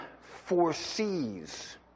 foresees